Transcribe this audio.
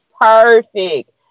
Perfect